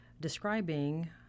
describing